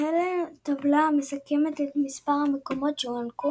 להלן טבלה המסכמת את מספר המקומות שהוענקו